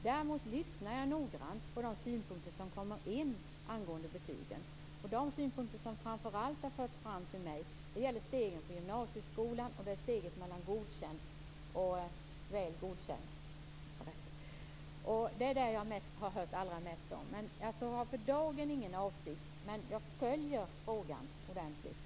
Däremot lyssnar jag noggrant på de synpunkter som kommer in angående betygen. De synpunkter som framför allt har förts fram till mig gäller stegen på gymnasieskolan, och det är steget mellan Godkänd och Väl godkänd. Det är det jag har hört allra mest om. Jag har alltså för dagen ingen avsikt, men jag följer frågan ordentligt.